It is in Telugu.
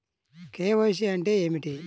కే.వై.సి అంటే ఏమిటి?